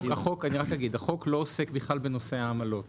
החוק לא עוסק בנושא העמלות בכלל.